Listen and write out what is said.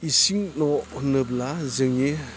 इसिं न' होनोब्ला जोंनि